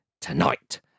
tonight